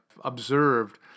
observed